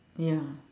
ya